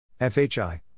FHI